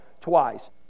twice